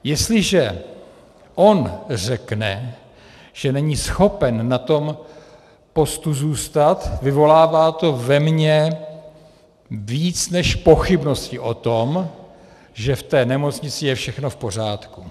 Jestliže on řekne, že není schopen na tom postu zůstat, vyvolává to ve mně více než pochybnosti o tom, že v nemocnici je všechno v pořádku.